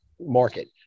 market